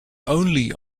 only